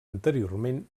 anteriorment